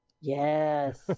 Yes